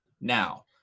now